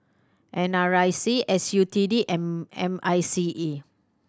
N R I C S U T D M M I C E